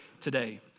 today